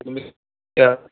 तुम्ही या